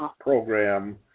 program